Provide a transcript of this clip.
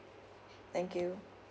thank you